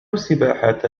السباحة